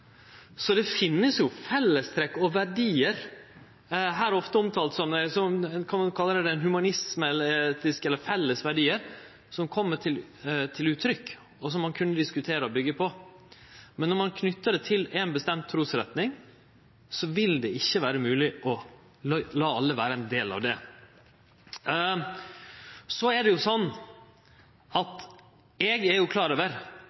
Det finst fellestrekk og verdiar, ofte omtalt som humanisme eller felles verdiar som kjem til uttrykk, og som ein kunne diskutere å byggje på. Men når ein knyter dette til ei bestemd trusretning, vil det ikkje vere mogleg å la alle vere ein del av det. Eg er